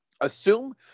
Assume